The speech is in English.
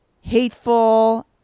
hateful